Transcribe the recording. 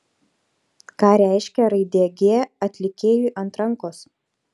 ką reiškia raidė g atlikėjui ant rankos